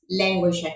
language